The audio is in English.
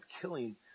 killing